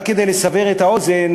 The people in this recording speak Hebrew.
רק כדי לסבר את האוזן,